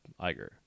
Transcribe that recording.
Iger